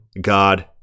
God